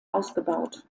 ausgebaut